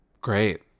Great